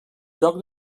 lloc